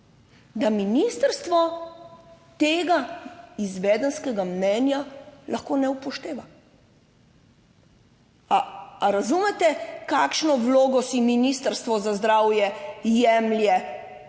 da ministrstvo tega izvedenskega mnenja lahko ne upošteva. Ali razumete, kakšno vlogo si Ministrstvo za zdravje jemlje